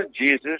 Jesus